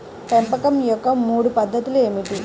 పెంపకం యొక్క మూడు పద్ధతులు ఏమిటీ?